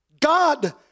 God